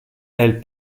elle